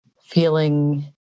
feeling